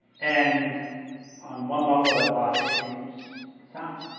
and on one level that logic seems sound.